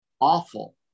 awful